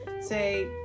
say